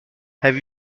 have